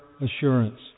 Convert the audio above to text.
assurance